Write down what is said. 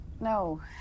No